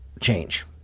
change